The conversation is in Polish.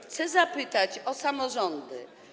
Chcę zapytać o samorządy.